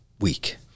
week